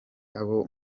abo